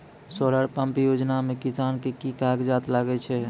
Solar pump योजना म किसान के की कागजात लागै छै?